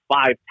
five